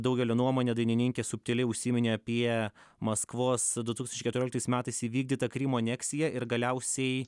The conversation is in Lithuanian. daugelio nuomone dainininkė subtiliai užsiminė apie maskvos du tūkstančiai keturioliktais metais įvykdytą krymo aneksiją ir galiausiai